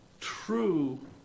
true